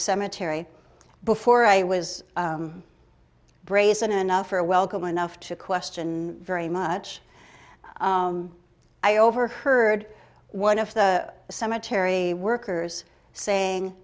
cemetery before i was brazen enough for a welcome enough to question very much i overheard one of the cemetery workers saying